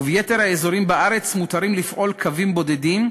וביתר האזורים בארץ מותרים לפעול קווים בודדים,